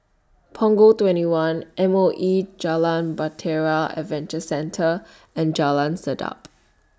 Punggol twenty one M O E Jalan Bahtera Adventure Centre and Jalan Sedap